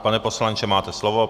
Pane poslanče, máte slovo.